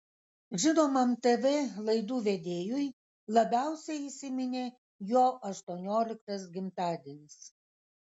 žinomam tv laidų vedėjui labiausiai įsiminė jo aštuonioliktas gimtadienis